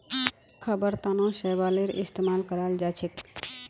खाबार तनों शैवालेर इस्तेमाल कराल जाछेक